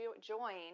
join